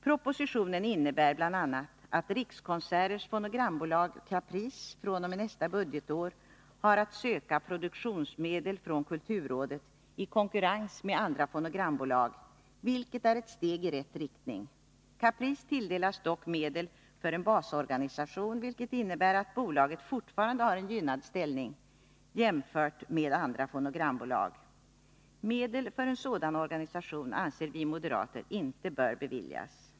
Propositionen innebär bl.a. att Rikskonserters fonogrambolag Caprice fr.o.m. nästa budgetår har att söka produktionsmedel från kulturrådet i konkurrens med andra fonogrambolag, vilket är ett steg i rätt riktning. Caprice tilldelas dock medel för en basorganisation, vilket innebär att bolaget fortfarande har en gynnad ställning jämfört med andra fonogrambolag. Medel för en sådan organisation anser vi moderater inte bör beviljas.